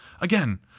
again